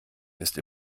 ist